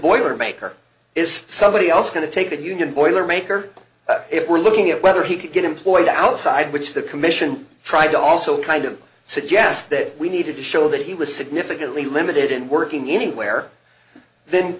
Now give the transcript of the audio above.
or maker is somebody else going to take that union boilermaker if we're looking at whether he could get employed outside which the commission tried to also kind of suggest that we needed to show that he was significantly limited in working in where then